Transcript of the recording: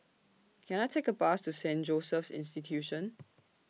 Can I Take A Bus to Saint Joseph's Institution